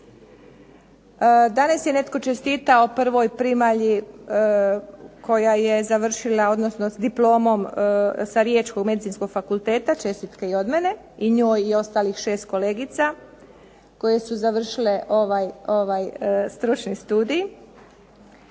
Danas je netko čestitao prvoj primalji koja je završila, odnosno s diplomom sa riječkog Medicinskog fakulteta, čestitke i od mene, i njoj i ostalih 6 kolegica koje su završile ovaj stručni studij,